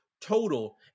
total